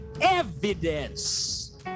evidence